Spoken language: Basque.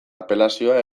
apelazioa